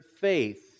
faith